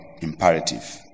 imperative